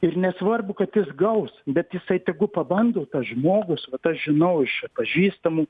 ir nesvarbu kad jis gaus bet jisai tegu pabando tas žmogus vat aš žinau iš pažįstamų